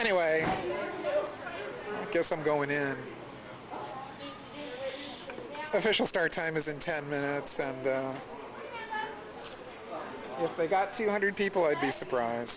anyway i guess i'm going to the official start time is in ten minutes and if they got two hundred people i'd be surprised